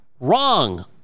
wrong